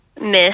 Miss